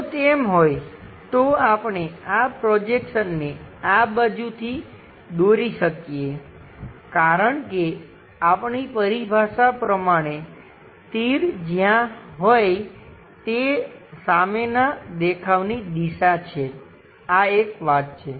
જો તેમ હોય તો આપણે આ પ્રોજેક્શનને આ બાજુથી દોરી શકીએ કારણ કે આપણી પરિભાષા પ્રમાણે તીર જ્યાં હોય તે સામેનાં દેખાવની દિશા છે આ એક વાત છે